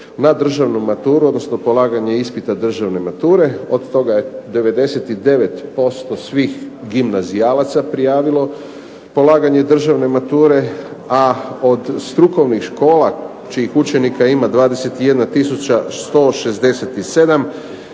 na državnu maturu odnosno polaganje ispita državne mature. Od toga je 99% svih gimnazijalaca prijavilo polaganje državne mature, a od strukovnih škola čijih učenika ima 21